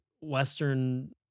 western